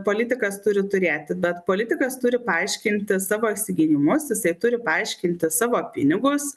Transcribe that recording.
politikas turi turėti bet politikas turi paaiškinti savo įsigijimus jisai turi paaiškinti savo pinigus